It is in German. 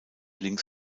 links